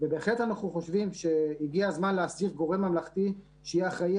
ובהחלט אנחנו חושבים שהגיע הזמן שיהיה גורם ממלכתי שיהיה אחראי